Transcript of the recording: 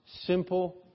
simple